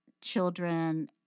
children